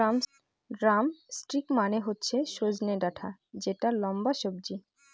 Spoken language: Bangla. ড্রামস্টিক মানে হচ্ছে সজনে ডাটা যেটা লম্বা সবজি